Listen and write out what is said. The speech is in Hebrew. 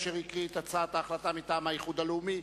אשר הקריא את הצעת ההחלטה מטעם האיחוד הלאומי.